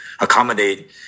accommodate